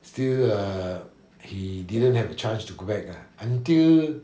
still uh he didn't have a chance to go back lah until